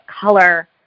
color